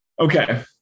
Okay